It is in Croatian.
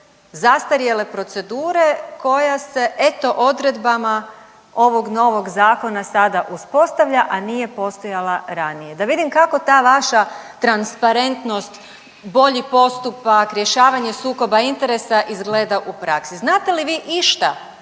zastarjele procedure koja se eto odredbama ovog novog zakona sada uspostavlja, a nije postojala ranije, da vidim kako ta vaša transparentnost, bolji postupak, rješavanje sukoba interesa izgleda u praksi. Znate li vi išta